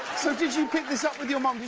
so did you take this up with your mum,